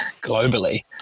globally